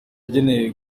yagenewe